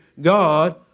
God